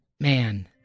man